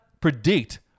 predict